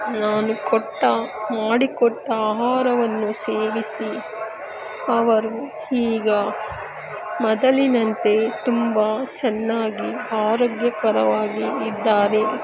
ನಾನು ಕೊಟ್ಟ ಮಾಡಿಕೊಟ್ಟ ಆಹಾರವನ್ನು ಸೇವಿಸಿ ಅವರು ಈಗ ಮೊದಲಿನಂತೆ ತುಂಬ ಚೆನ್ನಾಗಿ ಆರೋಗ್ಯಕರವಾಗಿ ಇದ್ದಾರೆ